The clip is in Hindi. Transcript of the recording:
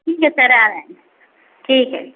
कितने तरह आ रहे हैं ठीक है